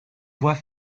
voie